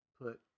put